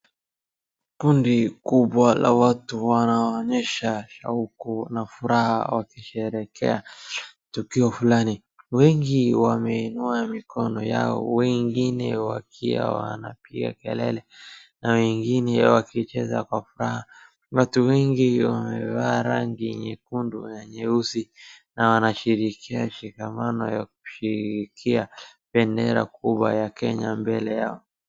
Kundi kubwa la watu wanaoonyesha shauku na furaha wakisherehekea tukio fulani. Wengi wameinua mikono yao wengine wakiwa wanapiga kelele wengine wakicheza kwa furaha. Watu wengi wamevaa rangi nyekundu na nyeusi, na wanashirikia kongamano na kushikilia bendera kubwa ya Kenya mbele yao.